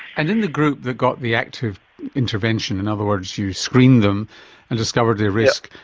and in the group that got the active intervention, in other words you screened them and discovered their risk,